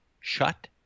Shut